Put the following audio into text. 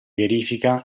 verifica